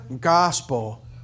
gospel